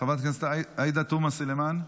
חברת הכנסת עאידה תומא סלימאן,